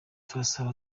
turasaba